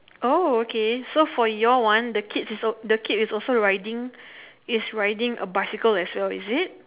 oh okay so for your one the kid is the kid is also riding is riding a bicycle as well is it